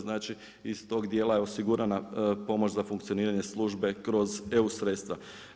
Znači iz tog dijela je osigurana pomoć za funkcioniranje službe kroz EU sredstava.